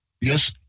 Yes